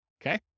Okay